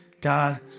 God